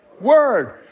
word